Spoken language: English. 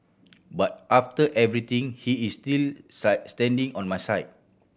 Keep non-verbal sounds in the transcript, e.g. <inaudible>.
but after everything he is still <unintelligible> standing on my side